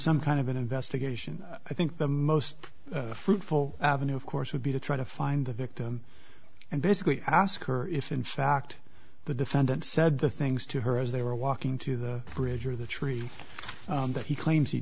some kind of an investigation i think the most fruitful avenue of course would be to try to find the victim and basically ask her if in fact the defendant said the things to her as they were walking to the bridge or the tree that he claims he